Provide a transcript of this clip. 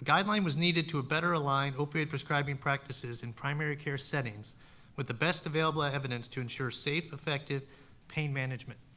a guideline was needed to better align opioid prescribing practices in primary care settings with the best available evidence to ensure safe, effective pain management.